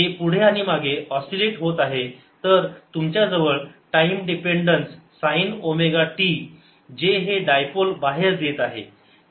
जर हे पुढे आणि मागे ऑस्सिलेत होत आहे तर तुमच्याजवळ time dependence sine omega t जे हे डायपोल बाहेर देत आहे